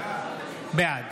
בעד